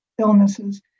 illnesses